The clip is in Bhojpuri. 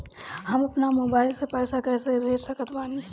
हम अपना मोबाइल से पैसा कैसे भेज सकत बानी?